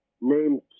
named